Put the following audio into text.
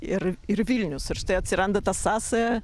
ir ir vilnius ir štai atsiranda ta sąsaja